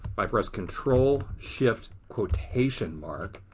i press control shift quotation mark.